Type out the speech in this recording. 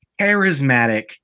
charismatic